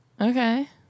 Okay